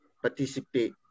participate